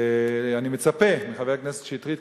אני מצפה מחבר הכנסת שטרית,